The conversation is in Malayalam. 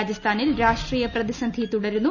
രാജസ്ഥാനിൽ രാഷ്ട്രീയ പ്രതിസന്ധി തുടരുന്നു